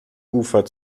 ufer